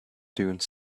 dunes